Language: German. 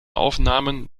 aufnahmen